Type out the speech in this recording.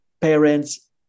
parents